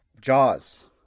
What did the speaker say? Jaws